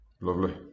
Lovely